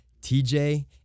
TJ